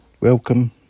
Welcome